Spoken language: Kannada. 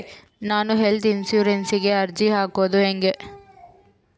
ನಾನು ಹೆಲ್ತ್ ಇನ್ಸುರೆನ್ಸಿಗೆ ಅರ್ಜಿ ಹಾಕದು ಹೆಂಗ?